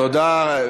תודה לך.